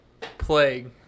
Plague